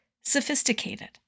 sophisticated